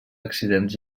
accidents